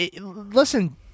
Listen